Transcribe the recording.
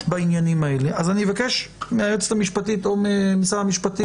אני מבקש מהיועצת המשפטית או ממשרד המשפטים